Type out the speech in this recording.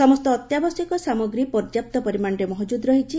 ସମସ୍ତ ଅତ୍ୟାବଶ୍ୟକ ସାମଗ୍ରୀ ପର୍ଯ୍ୟାପ୍ତ ପରିମାଣରେ ମହଜୁଦ ରହିଛି